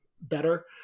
better